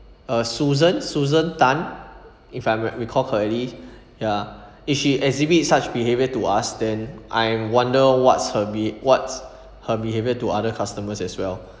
uh susan susan tan if I'm recall correctly ya if she exhibit such behaviour to us then I wonder what's her be what's her behaviour to other customers as well